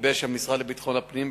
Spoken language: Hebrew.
גיבש המשרד לביטחון הפנים,